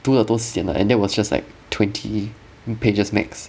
读了都 sian and that was just like twenty pages max